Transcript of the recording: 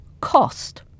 Cost